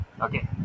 Okay